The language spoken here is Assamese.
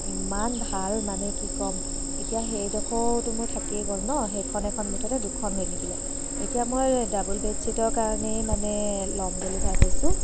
ইমান ভাল মানে কি ক'ম এতিয়া সেই ডখৰোটো মোৰ থাকিয়ে গ'ল ন' সেইখন এখন মুঠতে দুখন হৈ থাকিলে এতিয়া মই ডাবল বেডশ্বিটৰ কাৰণেই মানে ল'ম বুলি ভাবিছোঁ